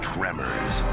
Tremors